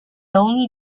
only